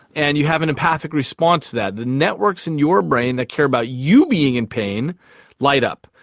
and you have an empathic response to that. the networks in your brain that care about you being in pain light up.